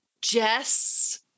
Jess